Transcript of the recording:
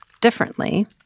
differently